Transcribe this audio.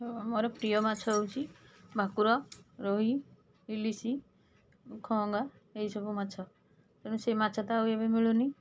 ମୋର ପ୍ରିୟ ମାଛ ହେଉଛି ଭାକୁର ରୋହି ଇଲିଶି ଖଅଙ୍ଗା ଏହି ସବୁ ମାଛ ତ ତେଣୁ ସେଇ ମାଛ ତ ଏବେ ମିଳୁନି